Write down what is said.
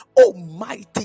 Almighty